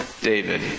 David